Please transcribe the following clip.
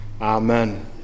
Amen